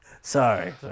sorry